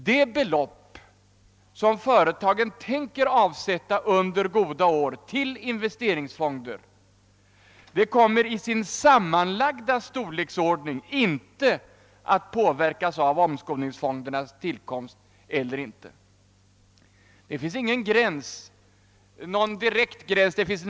Det belopp som företagen tänker avsätta under goda år till fonder kommer till sin storleksordning inte att påverkas av omskolningsfondernas tillkomst.